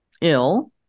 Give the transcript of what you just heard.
ill